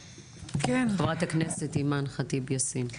חברת הכנסת אימאן ח'טיב יאסין.